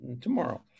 tomorrow